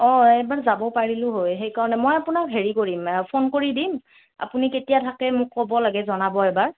অঁ এবাৰ যাব পাৰিলোঁ হয় সেইকাৰণে মই আপোনাক হেৰি কৰিম ফোন কৰি দিম আপুনি কেতিয়া থাকে মোক ক'ব লাগে জনাব এবাৰ